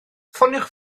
ffoniwch